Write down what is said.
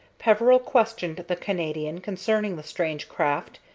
peveril questioned the canadian concerning the strange craft,